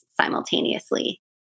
simultaneously